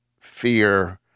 fear